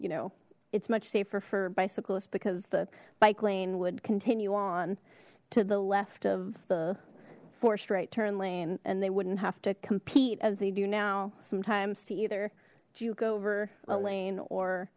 you know it's much safer for bicyclists because the bike lane would continue on to the left of the forest right turn lane and they wouldn't have to compete as they do now sometimes to either juke over a lane or